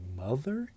mother